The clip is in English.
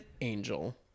angel